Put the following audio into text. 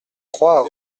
trois